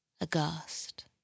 aghast